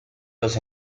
los